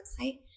website